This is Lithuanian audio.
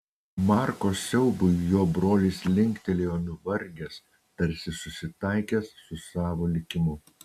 marko siaubui jo brolis linktelėjo nuvargęs tarsi susitaikęs su savo likimu